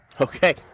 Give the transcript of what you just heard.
Okay